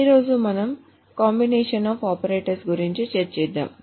ఈ రోజు మనం కంపోజిషన్ ఆఫ్ ఆపరేటర్స్ గురించి చర్చిద్దాము